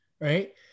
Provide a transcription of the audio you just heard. right